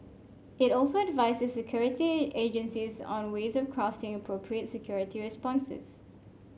it also advises security agencies on ways of crafting appropriate security responses